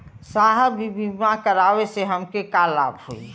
साहब इ बीमा करावे से हमके का लाभ होई?